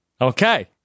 Okay